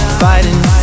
fighting